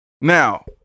Now